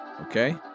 okay